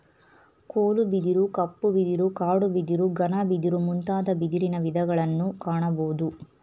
ಕೋಲು ಬಿದಿರು, ಕಪ್ಪು ಬಿದಿರು, ಕಾಡು ಬಿದಿರು, ಘನ ಬಿದಿರು ಮುಂತಾದ ಬಿದಿರಿನ ವಿಧಗಳನ್ನು ಕಾಣಬೋದು